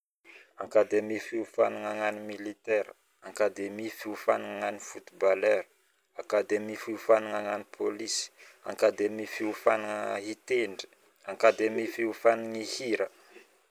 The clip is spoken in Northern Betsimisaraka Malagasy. Ankademi fiofanagna agnano militera, ankademi fiofanagna agnano footbaleur, ankademi fiofanagna agnano polisy, ankademi fiofanagna agnano hitendry, ankademi fiofanagna agnano hihira